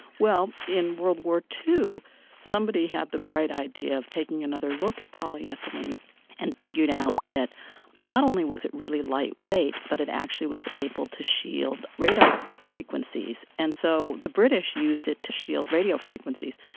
well, in world war ii somebody had the bright idea of taking another look at polyethylene and figured out that not only was it really lightweight but it actually was able to shield radar frequencies. and so the british used it to shield radio frequencies.